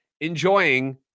enjoying